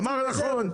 אמר: נכון.